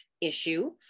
issue